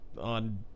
on